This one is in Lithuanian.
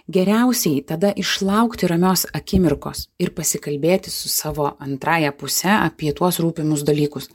geriausiai tada išlaukti ramios akimirkos ir pasikalbėti su savo antrąja puse apie tuos rūpimus dalykus